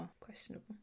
questionable